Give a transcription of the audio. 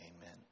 amen